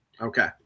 Okay